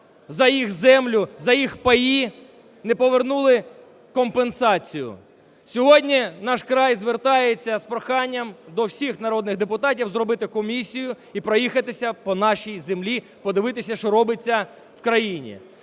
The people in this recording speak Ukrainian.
за їх землю, за їх паї не повернули компенсацію. Сьогодні "Наш край" звертається з проханням до всіх народних депутатів зробити комісію і проїхатися по нашій землі, подивитися, що робиться в країні.